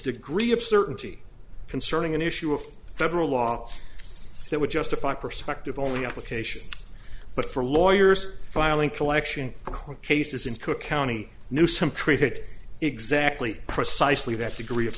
degree of certainty concerning an issue of federal law that would justify perspective only application but for lawyers filing collection cases in cook county knew some created exactly precisely that degree of